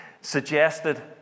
suggested